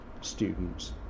students